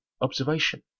observation